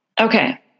Okay